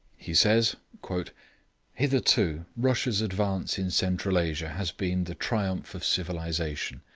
he says hitherto russia's advance in central asia has been the triumph of civilisation.